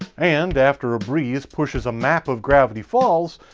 and after a breeze pushes a map of gravity falls,